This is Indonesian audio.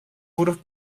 huruf